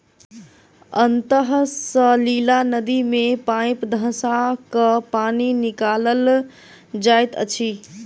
अंतः सलीला नदी मे पाइप धँसा क पानि निकालल जाइत अछि